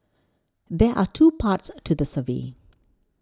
there are two parts to the survey